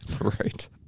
Right